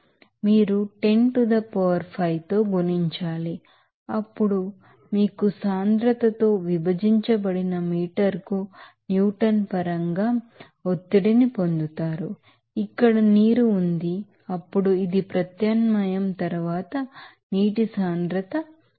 7 bar మీరు 10 to the power 5 తో గుణించాలి అప్పుడు మీరు డెన్సిటీతో విభజించబడిన మీటరుకు న్యూటన్ పరంగా ఒత్తిడిని పొందుతారు ఇక్కడ నీరు ఉంది అప్పుడు ఇది ప్రత్యామ్నాయం తరువాత నీటి డెన్సిటీ 1000